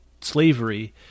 slavery